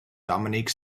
dominique